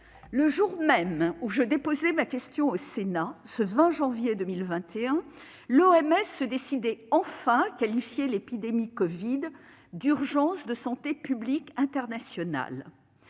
Le jour même où je déposais ma question au Sénat, ce 20 janvier 2020, l'OMS se décidait enfin à qualifier l'épidémie de covid d'« urgence de santé publique de portée internationale